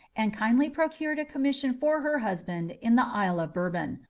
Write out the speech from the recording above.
and kindly procured a commission for her husband in the isle of bourbon,